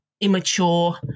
immature